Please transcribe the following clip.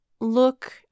look